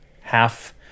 half